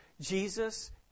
Jesus